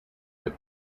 that